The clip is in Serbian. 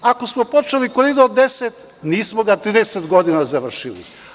Ako smo počeli Koridor 10, nismo ga 30 godina završili.